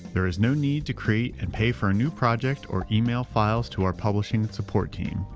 there is no need to create and pay for a new project or email files to our publishing support team.